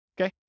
Okay